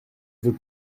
veut